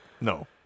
No